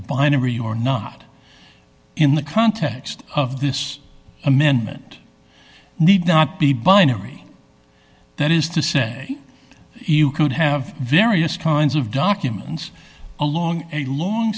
binary or not in the context of this amendment need not be binary that is to say you could have various kinds of documents along a long